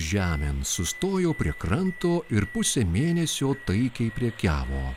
žemėn sustojo prie kranto ir pusę mėnesio taikiai prekiavo